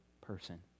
person